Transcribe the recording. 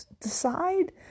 decide